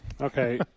Okay